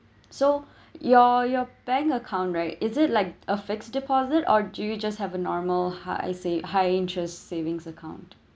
so your your bank account right is it like a fixed deposit or do you just have a normal high sav~ high interest savings account